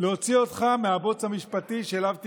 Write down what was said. להוציא אותך מהבוץ המשפטי שאליו תיקלע.